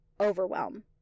overwhelm